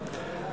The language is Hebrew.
נמנעים,